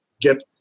get